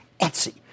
Etsy